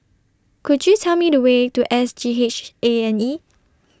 Could YOU Tell Me The Way to S G H A and E